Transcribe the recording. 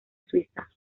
suiza